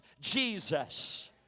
Jesus